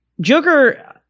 Joker